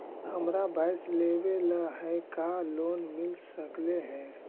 हमरा भैस लेबे ल है का लोन मिल सकले हे?